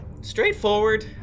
straightforward